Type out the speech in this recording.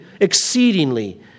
exceedingly